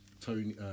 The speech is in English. Tony